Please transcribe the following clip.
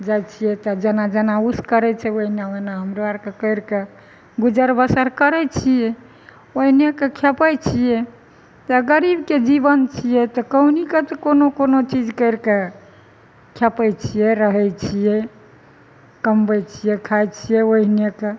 जाइ छियै तऽ जेना जेना ओसब करै छै ओहिना ओहिना हमरो आरके कैरि कऽ गुजर बसर करै छियै ओहिने कऽ खेपै छियै गरीबके जीवन छियै तऽ कहुनाके तऽ कोनो कोनो चीज कैरिके खेपै छियै रहै छियै कमबै छियै खाइ छियै ओहिने कऽ